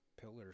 pillars